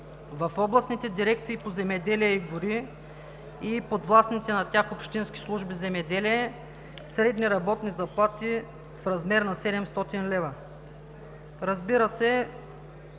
в областните дирекции по земеделие и гори и подвластните на тях общински служби „Земеделие“ – средни работни заплати в размер на 700 лв. Разбира се,